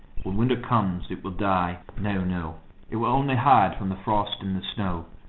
when winter comes, it will die no, no it will only hide from the frost and the snow.